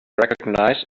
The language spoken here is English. recognize